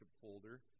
folder